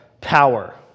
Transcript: power